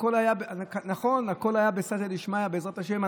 הכול היה בסייעתא דשמיא, בעזרת השם.